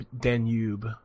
Danube